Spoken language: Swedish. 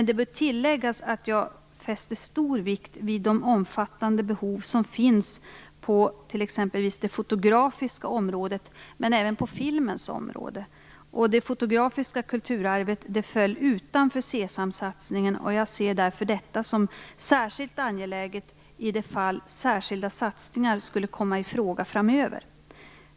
Det bör tilläggas att jag fäster stor vikt vid de omfattande behov som finns på t.ex. det fotografiska området och även på filmens område. Det fotografiska kulturarvet föll utanför SESAM satsningen, och jag ser därför detta som särskilt angeläget i det fall särskilda satsningar skulle komma i fråga framöver.